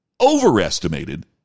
overestimated